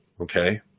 Okay